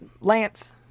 Lance